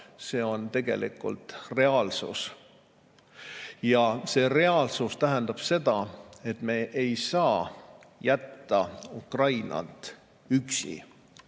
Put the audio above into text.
see on tegelikult reaalsus. Ja see reaalsus tähendab seda, et me ei saa jätta Ukrainat üksi.